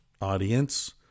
audience